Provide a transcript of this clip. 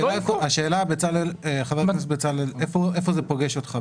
השאלה איפה זה פוגש אותך.